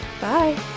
bye